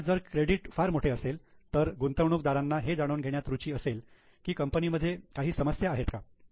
किंवा जर क्रेडिट फार मोठे असेल तर गुंतवणूकदारांना हे जाणून घेण्यात रुची असेल की कंपनीमध्ये काही समस्या आहेत का